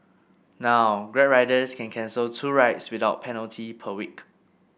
now Grab riders can cancel two rides without penalty per week